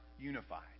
unified